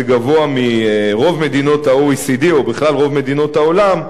זה גבוה מרוב מדינות ה-OECD או בכלל רוב מדינות העולם,